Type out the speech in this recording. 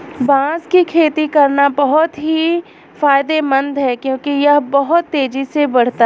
बांस की खेती करना बहुत ही फायदेमंद है क्योंकि यह बहुत तेजी से बढ़ता है